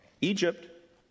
Egypt